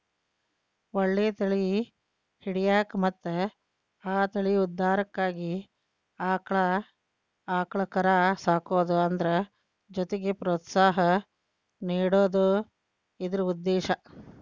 ಒಳ್ಳೆ ತಳಿ ಹಿಡ್ಯಾಕ ಮತ್ತ ಆ ತಳಿ ಉದ್ಧಾರಕ್ಕಾಗಿ ಆಕ್ಳಾ ಆಕಳ ಕರಾ ಸಾಕುದು ಅದ್ರ ಜೊತಿಗೆ ಪ್ರೋತ್ಸಾಹ ನೇಡುದ ಇದ್ರ ಉದ್ದೇಶಾ